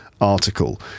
article